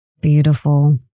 Beautiful